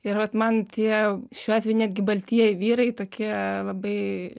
ir vat man tie šiuo atveju netgi baltieji vyrai tokie labai